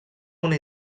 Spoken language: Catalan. una